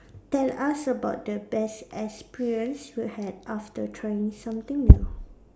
tell us about the best experience you had after trying something new